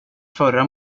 förra